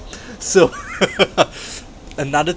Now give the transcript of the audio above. so another